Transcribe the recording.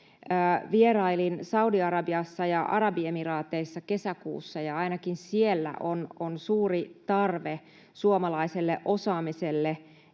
Vierailin Saudi-Arabiassa ja Arabiemiraateissa kesäkuussa, ja ainakin siellä on suuri tarve suomalaiselle osaamiselle